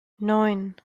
neun